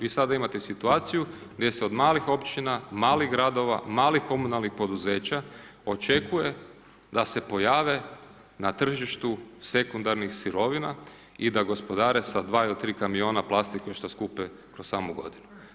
Vi sada imate situaciju gdje se od malih općina, malih gradova, malih komunalnih poduzeća očekuje da se pojave na tržištu sekundarnih sirovina i da gospodare sa dva ili tri kamiona plastike što skupe kroz samu godinu.